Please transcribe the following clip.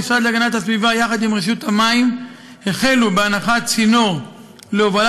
המשרד להגנת הסביבה יחד עם רשות המים החלו בהנחת צינור להובלת